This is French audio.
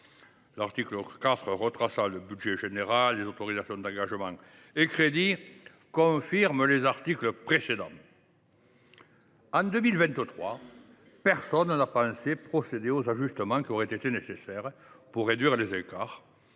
L’article 4, retraçant le budget général, les autorisations d’engagement et crédits de paiement, confirme les articles précédents. En 2023, personne n’a pensé à procéder aux ajustements qui auraient été nécessaires pour réduire les écarts,